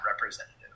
representative